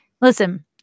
Listen